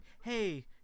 hey